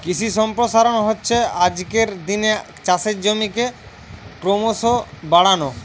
কৃষি সম্প্রসারণ হচ্ছে আজকের দিনে চাষের জমিকে ক্রোমোসো বাড়ানো